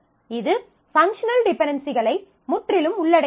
இது பங்க்ஷனல் டிபென்டென்சிகளை முற்றிலும் உள்ளடக்கியது